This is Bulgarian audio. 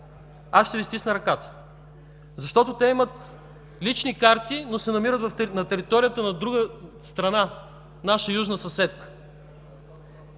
ще Ви стисна ръката. Защото те имат лични карти, но се намират на територията на друга страна – наша южна съседка.